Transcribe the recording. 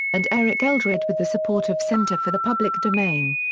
and eric eldred with the support of center for the public domain.